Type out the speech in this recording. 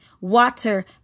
water